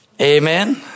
Amen